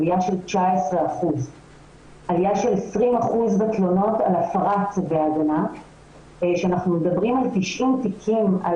עלייה של 20% בתלונות על הפרת צווי ההגנה שאנחנו מדברים על 90 תיקים על